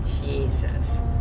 Jesus